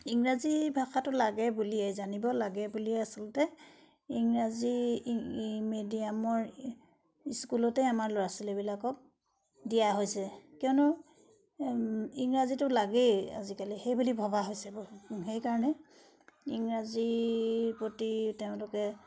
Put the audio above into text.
ইংৰাজী ভাষাটো লাগে বুলিয়েই জানিব লাগে বুলিয়ে আচলতে ইংৰাজী মিডিয়ামৰ স্কুলতে আমাৰ ল'ৰা ছোৱালীবিলাকক দিয়া হৈছে কিয়নো ইংৰাজীটো লাগেই আজিকালি সেইবুলি ভবা হৈছে সেইকাৰণে ইংৰাজীৰ প্ৰতি তেওঁলোকে